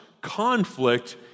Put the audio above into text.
conflict